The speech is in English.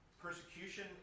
persecution